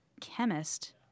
chemist